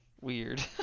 weird